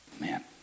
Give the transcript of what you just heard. Man